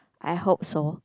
I hope so